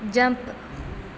jump